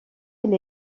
elle